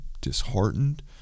disheartened